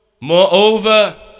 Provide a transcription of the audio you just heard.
moreover